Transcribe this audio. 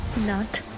not